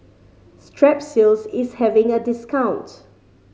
Strepsils is having a discount